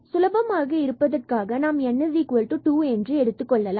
சுலபமாக இருப்பதற்காக நாம் n2 என எடுத்துக்கொள்ளலாம்